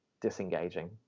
disengaging